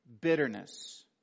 Bitterness